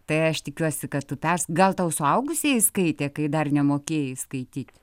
tai aš tikiuosi kad tu gal tau suaugusieji skaitė kai dar nemokėjai skaityt